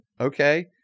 okay